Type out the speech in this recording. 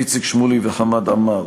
איציק שמולי וחמד עמאר.